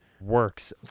works